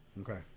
Okay